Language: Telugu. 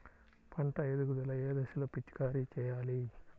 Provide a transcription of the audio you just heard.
పంట ఎదుగుదల ఏ దశలో పిచికారీ చేయాలి?